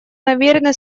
намерены